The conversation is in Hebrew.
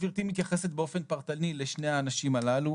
באופן פרטני לגבי שני האנשים הללו,